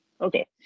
Okay